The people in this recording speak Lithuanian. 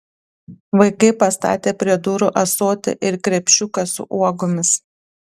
vaikai pastatė prie durų ąsotį ir krepšiuką su uogomis